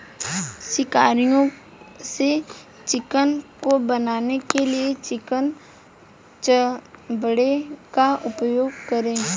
शिकारियों से चिकन को बचाने के लिए चिकन दड़बे का उपयोग करें